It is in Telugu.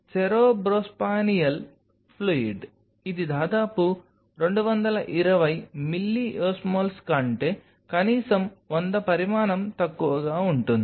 సెరెబ్రోస్పానియల్ ఫ్లూయిడ్ ఇది దాదాపు 220 మిల్లీయోస్మోల్స్ కంటే కనీసం 100 పరిమాణం తక్కువగా ఉంటుంది